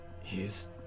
He's